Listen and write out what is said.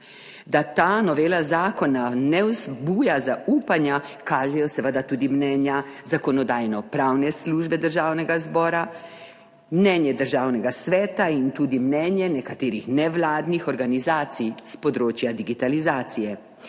Da ta novela zakona ne vzbuja zaupanja, kažejo seveda tudi mnenja Zakonodajno-pravne službe Državnega zbora, mnenje Državnega sveta in tudi mnenje nekaterih nevladnih organizacij s področja digitalizacije.